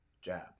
jab